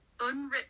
unwritten